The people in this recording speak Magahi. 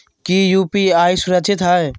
की यू.पी.आई सुरक्षित है?